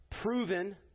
proven